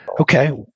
Okay